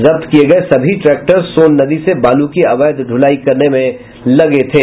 जब्त किए गए सभी ट्रैक्टर सोन नदी से बालू की अवैध ढुलाई करने में लगे हुए थे